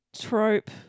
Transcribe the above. trope